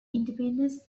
independence